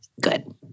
good